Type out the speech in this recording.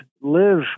live